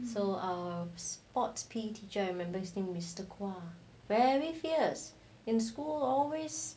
so our sports P_E teacher I remember his name mister kua very fierce in school always